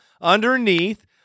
underneath